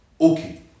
Okay